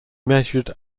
measured